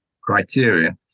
criteria